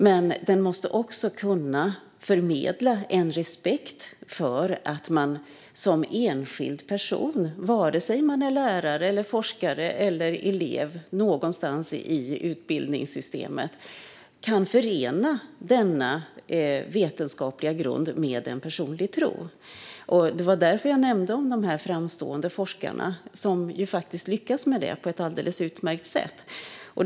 Men den måste också kunna förmedla en respekt för att man som enskild person, vare sig man är lärare, forskare eller elev någonstans, kan förena denna vetenskapliga grund med en personlig tro. Det var därför jag nämnde dessa framstående forskare, som ju faktiskt lyckats med detta på ett alldeles utmärkt sätt.